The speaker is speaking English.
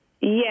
Yes